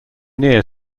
near